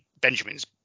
Benjamin's